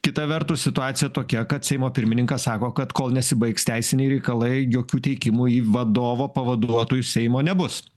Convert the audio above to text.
kita vertus situacija tokia kad seimo pirmininkas sako kad kol nesibaigs teisiniai reikalai jokių teikimų į vadovo pavaduotojus seimo nebus